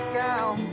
down